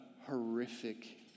horrific